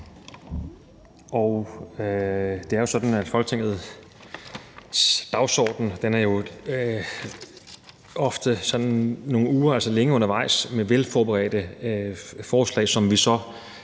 Det er sådan, at Folketingets dagsorden jo ofte er nogle uger undervejs, længe undervejs, med velforberedte forslag, som vi så